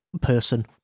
person